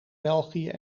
belgië